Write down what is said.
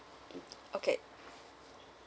mm okay